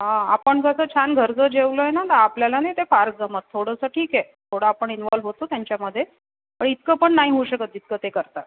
हां आपण कसं छान घरचं जेवलो आहे ना तर आपल्याला नाही ते फार जमत थोडसं ठीक आहे थोडं आपण इनव्हॅाल्व होतो त्यांच्यामध्ये पण इतकं पण नाही होऊ शकत जितकं ते करतात